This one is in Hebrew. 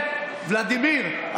ולדימיר,